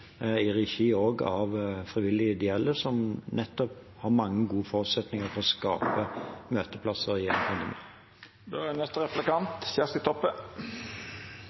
i regi av frivillige og ideelle, som nettopp har mange gode forutsetninger for å skape møteplasser. Forutan handteringa av pandemien er